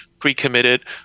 pre-committed